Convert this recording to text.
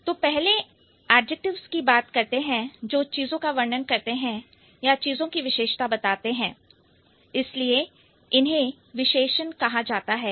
तो पहले एडजेक्टिव्स की बात करते हैं जो चीजों का वर्णन करते हैं या चीजों की विशेषता बताते हैं इसीलिए इन्हें विशेषण कहा जाता है